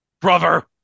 brother